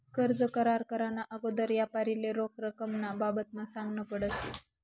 कर्ज करार कराना आगोदर यापारीले रोख रकमना बाबतमा सांगनं पडस